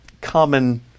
common